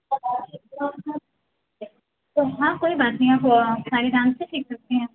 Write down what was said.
हाँ कोई बात नहीं आप सारे डांसेज सीख सकती हैं